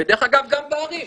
גם בערים.